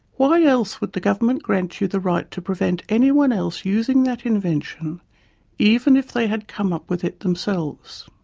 why else would the government grant you the right to prevent anyone else using that invention even if they had come up with it themselves?